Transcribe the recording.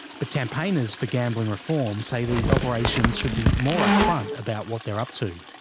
but campaigners for gambling reform say these operations should be more upfront about what they're up to.